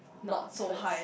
not first